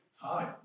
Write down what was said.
time